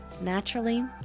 naturally